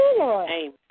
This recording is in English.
Amen